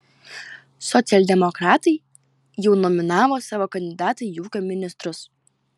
socialdemokratai jau nominavo savo kandidatą į ūkio ministrus